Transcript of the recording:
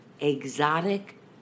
exotic